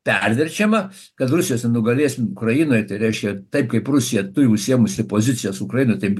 perverčiama kad rusijos nugalėsi ukrainoje tai reiškia taip kaip rusija turi užsiėmusi pozicijas ukrainoje taip